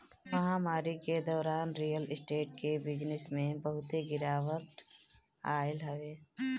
महामारी के दौरान रियल स्टेट के बिजनेस में बहुते गिरावट आइल हवे